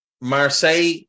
Marseille